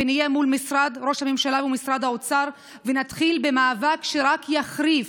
ונהיה מול משרד ראש הממשלה ומשרד האוצר ונתחיל במאבק שרק יחריף.